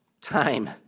time